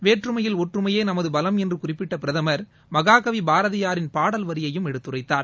வேற்றுமையில் ஒற்றுமையே நமது பலம் என்று குறிப்பிட்ட பிரதமர் மகாகவி பாரதியாரின் பாடல் வரியையும் எடுத்துரைத்தார்